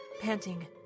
Panting